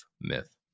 myth